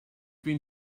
been